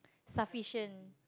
sufficient